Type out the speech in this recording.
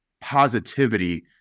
positivity